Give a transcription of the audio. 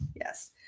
yes